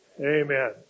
Amen